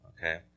okay